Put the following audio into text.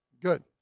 Good